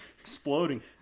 exploding